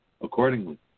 accordingly